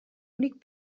únic